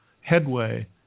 headway